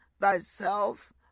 thyself